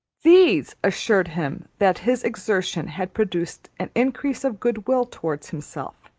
these assured him that his exertion had produced an increase of good-will towards himself,